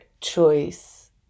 choice